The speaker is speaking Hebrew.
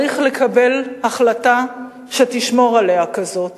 צריך לקבל החלטה שתשמור עליה כזאת.